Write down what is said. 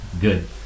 Good